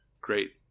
great